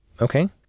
Okay